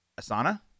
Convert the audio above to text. Asana